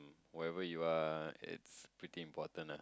whenever you are it's pretty important ah